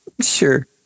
Sure